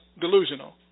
delusional